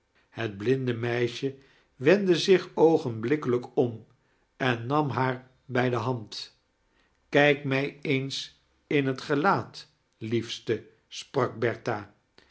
het blinde meisje wendde zich oogeniblikkelijk am en nam haar bij de hand kijk mij eens in het gelaat liefste sprak